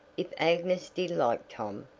if agnes did like tom,